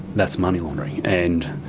that's money laundering. and